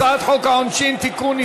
הצעת חוק העונשין (תיקון,